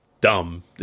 Dumb